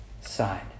side